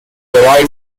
derive